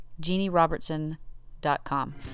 JeannieRobertson.com